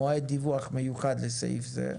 מועד דיווח מיוחד לסעיף זה.